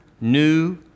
New